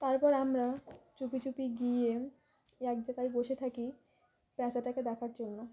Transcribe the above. তারপর আমরা চুপি চুপি গিয়ে এক জায়গায় বসে থাকি পচাটাকে দেখার জন্য